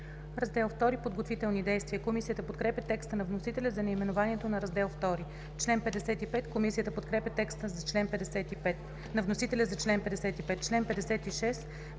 „Раздел ІІ – Подготвителни действия“. Комисията подкрепя текста на вносителя за наименованието на Раздел ІІ. Комисията подкрепя текста на вносителя за чл. 55.